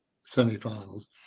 semi-finals